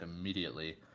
immediately